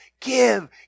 give